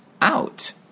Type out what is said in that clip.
out